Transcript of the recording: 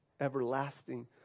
Everlasting